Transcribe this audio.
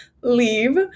Leave